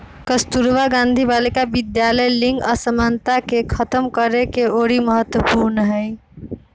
कस्तूरबा गांधी बालिका विद्यालय लिंग असमानता के खतम करेके ओरी महत्वपूर्ण हई